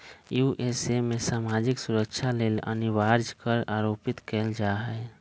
USA में सामाजिक सुरक्षा लेल अनिवार्ज कर आरोपित कएल जा हइ